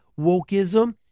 wokeism